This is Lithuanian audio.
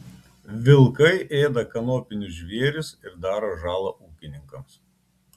vilkai ėda kanopinius žvėris ir daro žalą ūkininkams